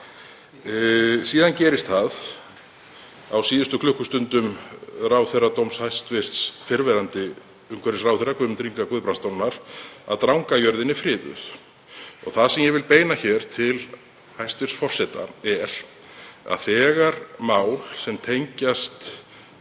Síðan gerist það á síðustu klukkustundum ráðherradóms hæstv. fyrrverandi umhverfisráðherra Guðmundar Inga Guðbrandssonar, að Drangajörðin er friðuð. Það sem ég vil beina hér til hæstv. forseta er að þegar mál sem tengjast